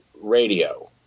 radio